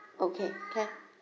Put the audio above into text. okay can